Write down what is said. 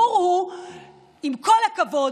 עם כל הכבוד,